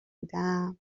بودم